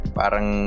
parang